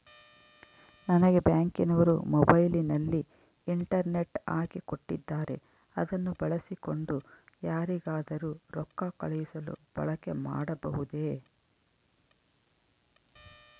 ನಂಗೆ ಬ್ಯಾಂಕಿನವರು ಮೊಬೈಲಿನಲ್ಲಿ ಇಂಟರ್ನೆಟ್ ಹಾಕಿ ಕೊಟ್ಟಿದ್ದಾರೆ ಅದನ್ನು ಬಳಸಿಕೊಂಡು ಯಾರಿಗಾದರೂ ರೊಕ್ಕ ಕಳುಹಿಸಲು ಬಳಕೆ ಮಾಡಬಹುದೇ?